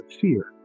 fear